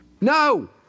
No